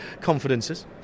confidences